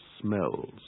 smells